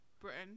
Britain